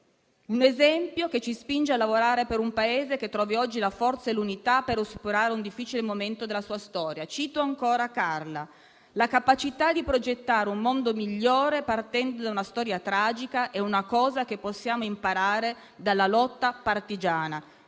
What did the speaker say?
Un esempio che ci spinge a lavorare per un Paese che trovi oggi la forza e l'unità per superare un difficile momento della sua storia. Cito ancora Carla: «La capacità di progettare un mondo migliore partendo da una storia tragica è una cosa che possiamo imparare dalla lotta partigiana».